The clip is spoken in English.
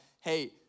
hey